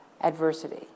adversity